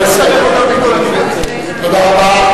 תודה רבה,